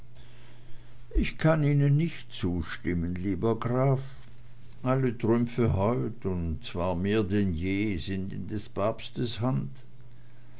ich kann ihnen nicht zustimmen lieber graf alle trümpfe heut und zwar mehr denn je sind in des papstes hand